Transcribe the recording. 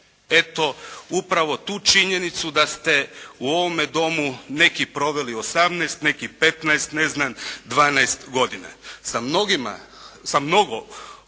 eto, upravo tu činjenicu da ste u ovome Domu neki proveli 18, neki 15, ne znam, 12 godina. Sa mnogima, sa mnogo, od onoga